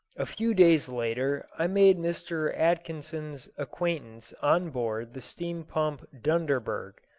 a few days later i made mr. atkinson's acquaintance on board the steam-pump dunderberg,